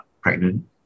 pregnant